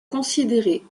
considérés